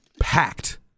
packed